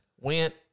went